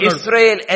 Israel